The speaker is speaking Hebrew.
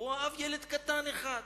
והוא אהב ילד קטן אחד.